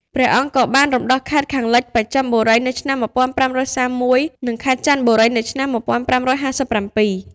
ព្រះអង្គក៏បានរំដោះខេត្តខាងលិចបស្ចិមបុរីនៅឆ្នាំ ១៥៣១ និងខេត្តចន្ទបុរីនៅឆ្នាំ ១៥៥៧។